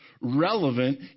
Relevant